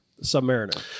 Submariner